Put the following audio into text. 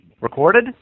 recorded